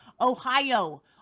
Ohio